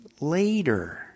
later